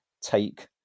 take